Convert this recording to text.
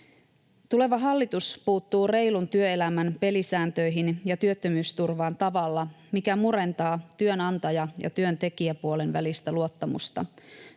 Tuleva hallitus puuttuu reilun työelämän pelisääntöihin ja työttömyysturvaan tavalla, mikä murentaa työnantaja- ja työntekijäpuolen välistä luottamusta,